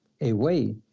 away